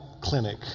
clinic